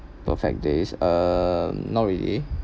perfect days uh not really